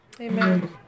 Amen